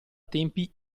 tempi